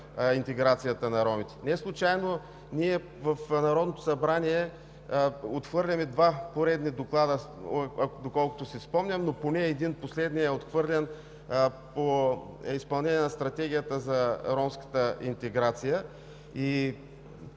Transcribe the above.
интеграцията на ромите. Неслучайно в Народното събрание отхвърляме два поредни доклада, доколкото си спомням, но поне последният по изпълнение на Стратегията за ромската интеграция